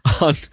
on